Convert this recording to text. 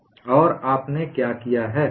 और आपने क्या किया है